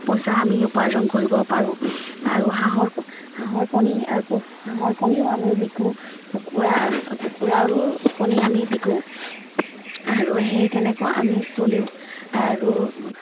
পইচা আমি উপাৰ্জন কৰিব পাৰো আৰু হাঁহৰ হাঁহৰ কণী আৰু হাঁহৰ কণীও আমি বিকো কুকুৰা কুকুৰাৰো কণী আমি বিকো আৰু সেই তেনেকুৱা আমি চলো আৰু